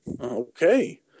Okay